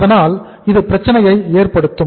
அதனால் இது பிரச்சினையை ஏற்படுத்தும்